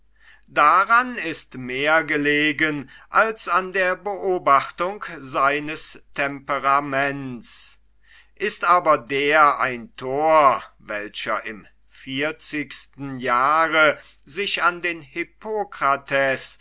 daran ist mehr gelegen als an der beobachtung seines temperaments ist aber der ein thor welcher im vierzigsten jahre sich an den hippokrates